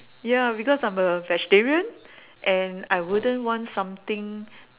ya because I'm a vegetarian and I wouldn't want something